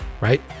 right